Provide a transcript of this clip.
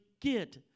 get